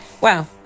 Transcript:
wow